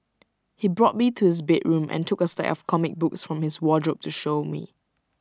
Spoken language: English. he brought me to his bedroom and took A stack of comic books from his wardrobe to show me